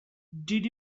did